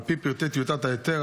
על פי פרטי טיוטת ההיתר,